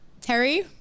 Terry